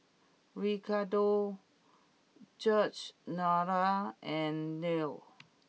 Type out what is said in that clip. Ricardo Georgeanna and Lew